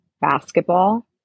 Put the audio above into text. basketball